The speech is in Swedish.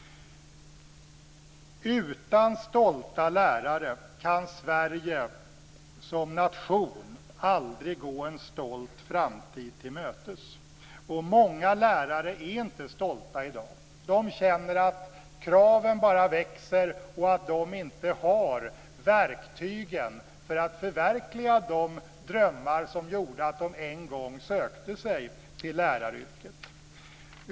Utan stolta lärare kan Sverige som nation aldrig gå en stolt framtid till mötes. Många lärare är inte stolta i dag. De känner att kraven bara växer och att de inte har verktygen för att förverkliga de drömmar som gjorde att de en gång sökte sig till läraryrket.